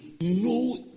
no